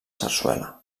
sarsuela